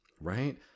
Right